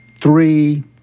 three